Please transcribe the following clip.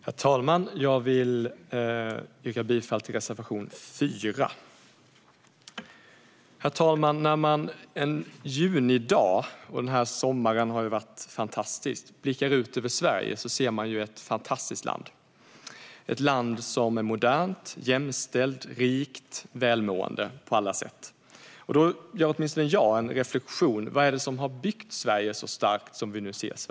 Herr talman! Jag vill yrka bifall till reservation 4. Sommaren har varit fantastisk, och när man en sådan här junidag blickar ut över Sverige ser man ett fantastiskt land. Det är ett land som är modernt, jämställt, rikt och välmående på alla sätt. Då gör åtminstone jag reflektionen: Vad är det som har byggt Sverige så starkt?